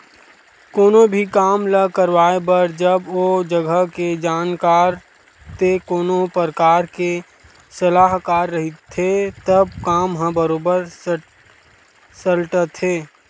कोनो भी काम ल करवाए बर जब ओ जघा के जानकार ते कोनो परकार के सलाहकार रहिथे तब काम ह बरोबर सलटथे